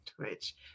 Twitch